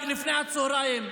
לפני הצוהריים,